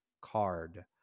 card